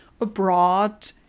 abroad